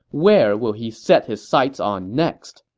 where will he set his sights on next?